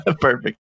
Perfect